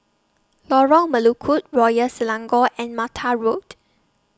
Lorong Melukut Royal Selangor and Mata Road